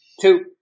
Two